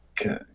Okay